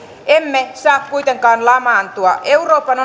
emme saa kuitenkaan lamaantua euroopan